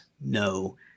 no